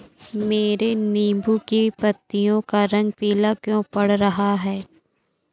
मेरे नींबू की पत्तियों का रंग पीला क्यो पड़ रहा है?